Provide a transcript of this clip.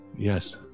Yes